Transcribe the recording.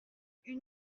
une